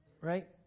Right